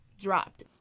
dropped